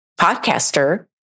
podcaster